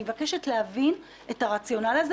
אני קורא אותך לסדר פעם ראשונה.